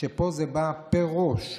שפה זה בא פר ראש,